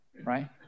right